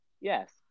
yes